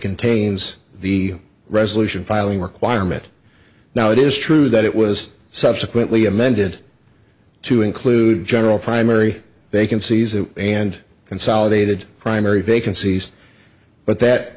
contains the resolution filing requirement now it is true that it was subsequently amended to include general primary they can seize it and consolidated primary vacancies but that